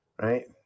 right